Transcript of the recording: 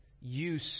use